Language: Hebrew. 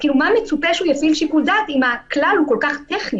מה מצופה שהוא יפעיל את שיקול הדעת אם הכלל הוא כל כך טכני?